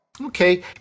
Okay